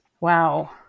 Wow